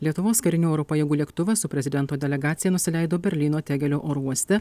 lietuvos karinių oro pajėgų lėktuvas su prezidento delegacija nusileido berlyno tegelio oro uoste